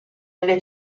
nelle